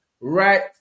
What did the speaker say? right